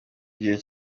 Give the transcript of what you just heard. gihugu